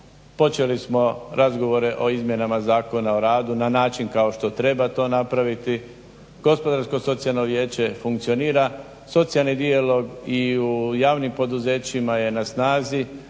Počeli smo razgovore o izmjenama zakona o radu na način kao što to treba napraviti. Gospodarsko socijalno vijeće funkcionira, socijalni dijalog i u javnim poduzećima je na snazi.